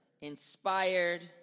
inspired